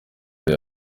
ari